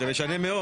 זה משנה מאוד.